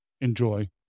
enjoy